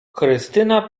krystyna